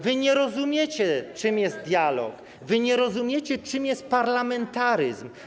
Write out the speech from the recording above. Wy nie rozumiecie, czym jest dialog, wy nie rozumiecie, czym jest parlamentaryzm.